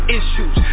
issues